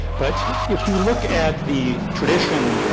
but if you look at the tradition,